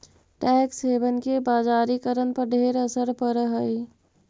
tax haven के बजारिकरण पर ढेर असर पड़ हई